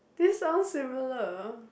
this sounds similar